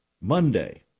Monday